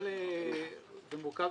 זה מורכב